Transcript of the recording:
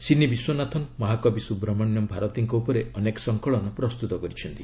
ସିନି ବିଶ୍ୱନାଥନ୍' ମହାକବି ସ୍ୱବ୍ରମଣ୍ୟ ଭାରତୀଙ୍କ ଉପରେ ଅନେକ ସଙ୍କଳନ ପ୍ରସ୍ତୁତ କରିଛନ୍ତି